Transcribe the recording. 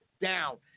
down